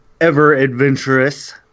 ever-adventurous